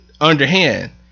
underhand